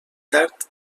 tard